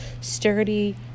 sturdy